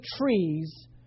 trees